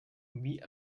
wie